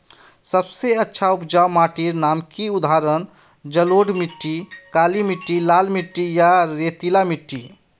सबसे अच्छा उपजाऊ माटिर नाम की उदाहरण जलोढ़ मिट्टी, काली मिटटी, लाल मिटटी या रेतीला मिट्टी?